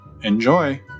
Enjoy